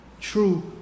true